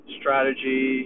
strategy